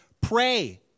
pray